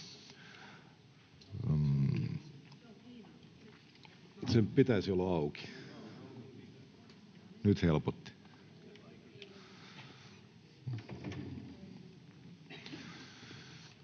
Sen pitäisi olla auki. Nyt helpotti.